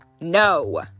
no